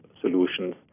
solutions